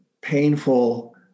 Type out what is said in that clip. painful